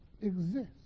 exist